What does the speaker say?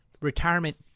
retirement